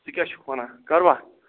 ژٕ کیاہ چھُکھ وَنان کَروٕ